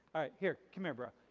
here, come here bro.